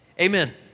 amen